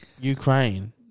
Ukraine